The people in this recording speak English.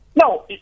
No